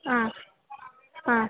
ಹಾಂ ಹಾಂ